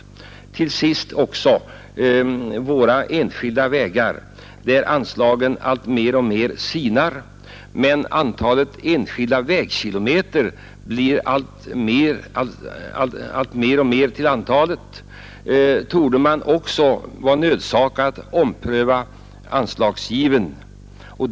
Slutligen också ett ord om våra enskilda vägar, där anslagen alltmer sinar, medan antalet enskilda vägkilometer blir fler. Man torde även här vara nödsakad att ompröva anslagsgivningen.